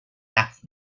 half